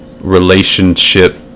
relationship